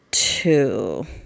two